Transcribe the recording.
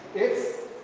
it's,